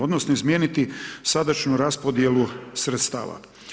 Odnosno, izmijeniti sadašnju raspodjelu sredstava.